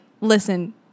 listen